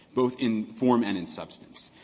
both in form and in substance.